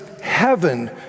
heaven